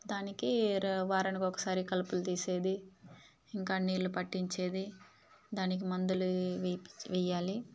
దానికి రి వారానికి ఒకసారి కలుపులు తీసేది ఇంకా నీళ్లు పట్టించేది దానికి మందులు వేపి వెయ్యాలి